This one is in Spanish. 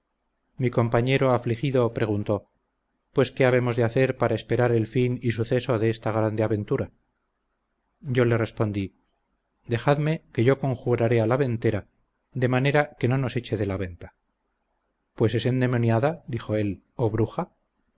mi compañero afligido preguntó pues qué habemos de hacer para esperar el fin y suceso de esta grande aventura yo le respondí dejadme que yo conjuraré a la ventera de manera que no nos eche de la venta pues es endemoniada dijo él o bruja